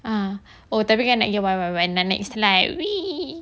ah tapi kan nak pergi ke wild wild wet nak naik slides